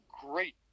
great